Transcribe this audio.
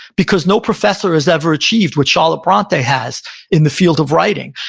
because no professor has ever achieved what charlotte bronte has in the field of writing,